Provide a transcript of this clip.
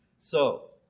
so